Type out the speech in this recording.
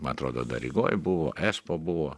man atrodo dar rygoj buvo espo buvo